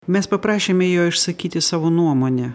mes paprašėme jo išsakyti savo nuomonę